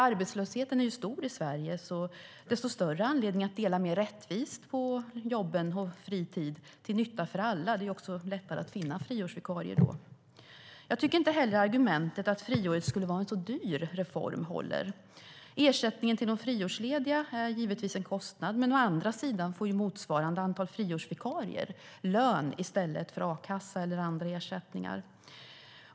Arbetslösheten är hög i Sverige - desto större anledning att dela mer rättvist på jobben och fritiden till nytta för alla. Det är ju också lättare att finna friårsvikarier då. Jag tycker inte heller argumentet att friåret skulle vara en dyr reform håller. Ersättningen till de friårslediga är givetvis en kostnad, men å andra sidan får motsvarande antal friårsvikarier lön i stället för a-kassa eller andra ersättningar.